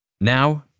Now